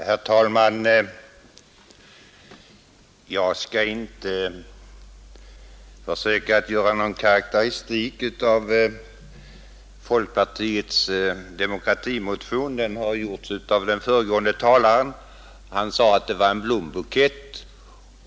Herr talman! Jag skall inte försöka göra någon karakteristik av folkpartiets demokratimotion. En sådan har redan gjorts av den föregående talaren, som sade att motionen var en blombukett.